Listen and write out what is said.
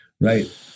Right